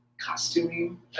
costuming